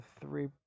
three